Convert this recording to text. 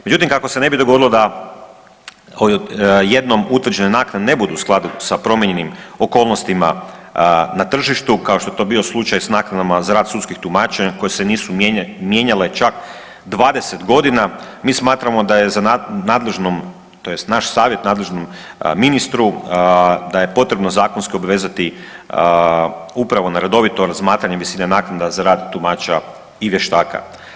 Međutim, kako se ne bi dogodilo da jednom utvrđene naknade ne budu u skladu sa promijenjenim okolnostima na tržištu, kao što je to bio slučaj s naknadama za rad sudskih tumača koje se nisu mijenjale čak 20 godina, mi smatramo da je za nadležnom, tj. naš savjet nadležnom ministru da je potrebno zakonski obvezati upravo na redovito razmatranje visina naknada za rad tumača i vještaka.